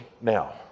now